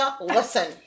Listen